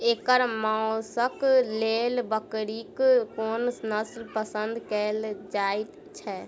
एकर मौशक लेल बकरीक कोन नसल पसंद कैल जाइ छै?